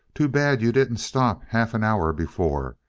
too bad you didn't stop half an hour before.